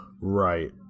right